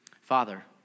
Father